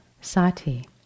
Sati